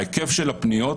ההיקף של הפניות,